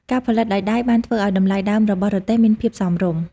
ការផលិតដោយដៃបានធ្វើឱ្យតម្លៃដើមរបស់រទេះមានភាពសមរម្យ។